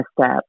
step